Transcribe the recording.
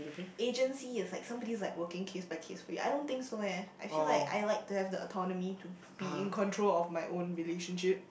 agency is like somebody's like working case by case I don't think so eh I feel like I like to have the autonomy to be in control of my own relationship